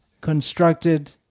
constructed